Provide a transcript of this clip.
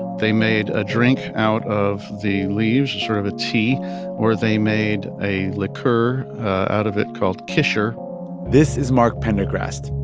they made a drink out of the leaves short of a tea or they made a liqueur out of it called qishr this is mark pendergrast.